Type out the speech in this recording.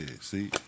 see